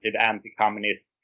anti-communist